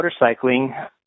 motorcycling